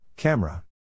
Camera